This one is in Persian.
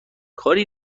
کاری